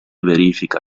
verifica